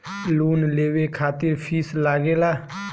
Loan लेवे खातिर fees लागेला?